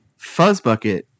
Fuzzbucket